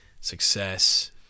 success